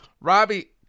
Robbie